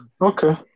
Okay